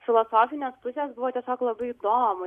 filosofinės pusės buvo tiesiog labai įdomu